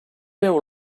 veu